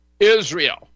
Israel